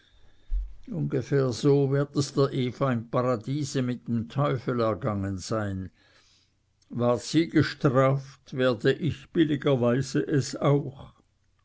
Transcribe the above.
ungefähr so wird es der eva im paradiese mit dem teufel ergangen sein ward sie gestraft werde ich billigerweise es auch